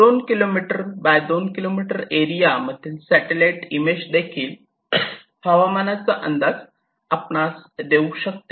2 kilometre by 2 kilometre area मधील satellite image देखील हवामानाचा अंदाज आपणास देऊ शकते